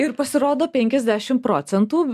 ir pasirodo penkiasdešimt procentų